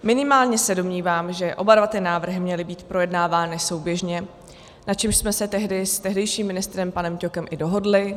Minimálně se domnívám, že oba dva ty návrhy měly být projednávány souběžně, na čemž jsme se tehdy s tehdejším ministrem panem Ťokem i dohodli.